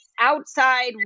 outside